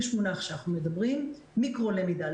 יש מונח שאנחנו מדברים עליו: מיקרו למידה.